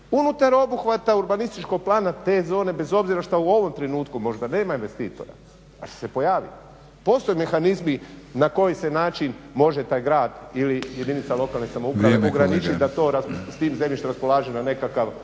unutar obuhvata urbanističkog plana te zone bez obzira što u ovom trenutku možda nema investitora ali će se pojaviti. Postoje mehanizmi na koji se način može taj grad ili jedinica lokalne samouprave ograničiti da to s tim zemljištem raspolaže na nekakav